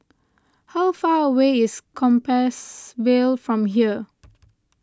how far away is Compassvale from here